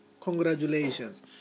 Congratulations